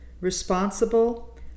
responsible